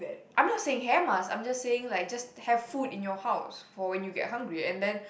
I'm not saying hair mask I'm just saying like just have food in your house for when you get hungry and then